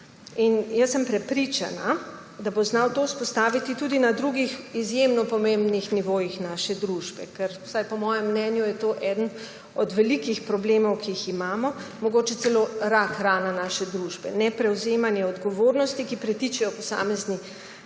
In jaz sem prepričana, da bo znal to vzpostaviti tudi na drugih izjemno pomembnih nivojih naše družbe. Ker vsaj po mojem mnenju je to eden od velikih problemov, ki jih imamo, mogoče celo rakrana naše družbe − neprevzemanje odgovornosti, ki pritiče posamezni